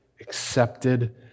accepted